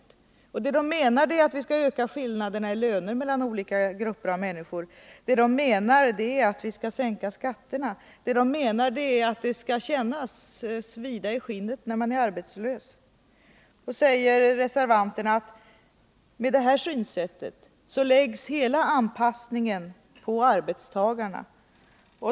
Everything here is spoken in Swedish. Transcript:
Det Bjurelkommissionen menar är att vi skall öka skillnader i löner mellan olika grupper av människor, sänka skatterna och göra så att det skall svida i skinnet när man är arbetslös. Reservanterna påpekar att med detta synsätt läggs hela anpassningen på arbetstagarna.